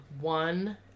one